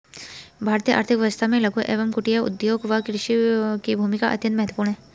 भारतीय आर्थिक व्यवस्था में लघु एवं कुटीर उद्योग व कृषि की भूमिका अत्यंत महत्वपूर्ण है